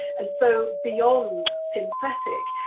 and so beyond synthetic.